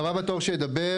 הבא הבתור שידבר.